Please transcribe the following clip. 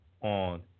on